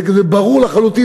זה ברור לחלוטין,